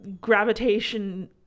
gravitation